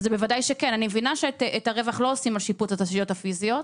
אני מבינה שאת הרווח לא עושים על שיפוץ תשתיות פיזיות.